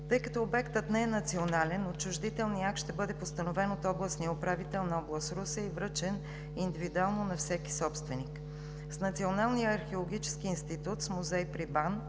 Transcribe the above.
Тъй като обектът не е национален, отчуждителният акт ще бъде постановен от областния управител на област Русе и връчен индивидуално на всеки собственик. С Националния археологически институт с музей при